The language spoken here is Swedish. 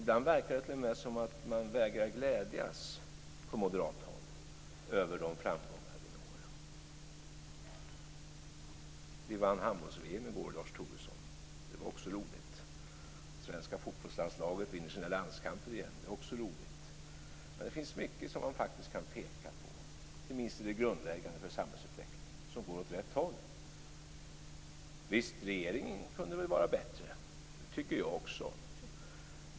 Ibland verkar det t.o.m. som om man på moderat håll vägrar glädjas över de framgångar vi når. Vi vann handbolls-VM i går, Lars Tobisson. Det var också roligt. Svenska fotbollslandslaget vinner sina landskamper igen. Det är också roligt. Det finns faktiskt mycket som man kan peka på, inte minst i det grundläggande för samhällsutvecklingen, som går åt rätt håll. Visst kunde väl regeringen vara bättre. Det tycker jag också.